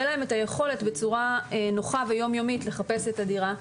להם את היכולת בצורה נוחה ויום יומית לחפש את הדירה.